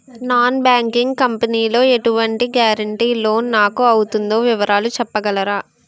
Non banking company లో ఎటువంటి guarantee loan నాకు అవుతుందో వివరాలు చెప్పగలరా?